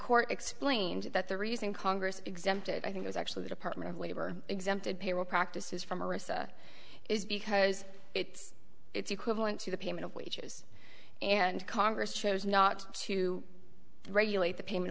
court explained that the reason congress exempted i think was actually the department of labor exempted payroll practices from rissa is because it's its equivalent to the payment of wages and congress chose not to regulate the payment